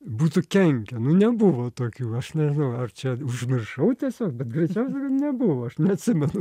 būtų kenkę nebuvo tokių aš nežinau ar čia užmiršau tiesiog bet greičiausiai nebuvo aš neatsimenu